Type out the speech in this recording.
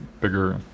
bigger